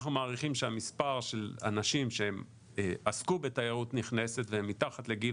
אנחנו מעריכים שהמספר של אנשים שהם עסקו בתיירות נכנסת והם מתחת לגיל